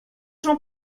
jean